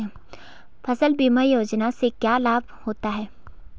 फसल बीमा योजना से क्या लाभ होता है?